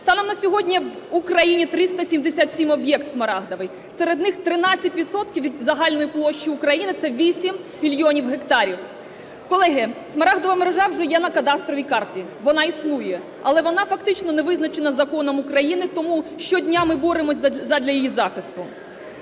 Станом на сьогодні в Україні 377 об'єктів "смарагдових". Середи них 13 відсотків від загальної площі України, це 8 мільйонів гектарів. Колеги, Смарагдова мережа вже є на кадастровій карті, вона існує. Але вона фактично не визначена законом України, тому щодня ми боремося задля її захисту.